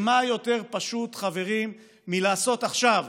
מה יותר פשוט, חברים, מלעשות עכשיו,